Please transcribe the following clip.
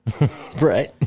Right